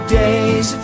days